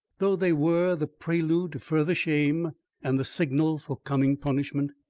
though they were the prelude to further shame and the signal for coming punishment.